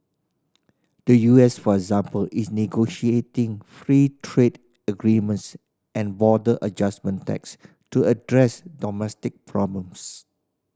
the U S for example is free trade agreements and the border adjustment tax to address domestic problems